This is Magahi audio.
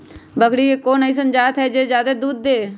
बकरी के कोन अइसन जात हई जे जादे दूध दे?